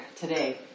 today